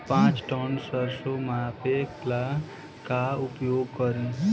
पाँच टन सरसो मापे ला का उपयोग करी?